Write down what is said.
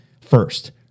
first